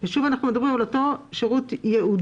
שוב אנחנו מדברים על אותו שירות ייעודי